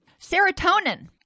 Serotonin